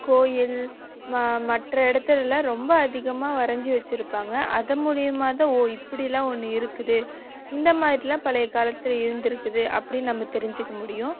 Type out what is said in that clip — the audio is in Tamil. கோவில் ம மற்ற இடத்துலலாம் ரொம்ப அதிகமாக வரைஞ்சி வச்சுருப்பாங்க அது மூலியமாக தான் ஓ இப்படிலாம் ஒன்று இருக்குது இந்த மாதிரிலாம் பழைய காலத்தில் இருந்துருக்குது அப்படின்னு நம்ம தெரிஞ்சுக்க முடியும்